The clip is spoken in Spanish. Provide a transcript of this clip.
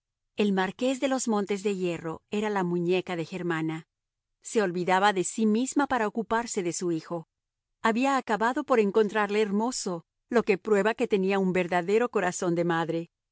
el marqués de los montes de hierro era la muñeca de germana se olvidaba de sí misma para ocuparse de su hijo había acabado por encontrarle hermoso lo que prueba que tenía un verdadero corazón de madre